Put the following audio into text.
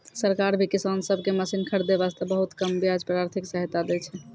सरकार भी किसान सब कॅ मशीन खरीदै वास्तॅ बहुत कम ब्याज पर आर्थिक सहायता दै छै